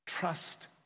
Trust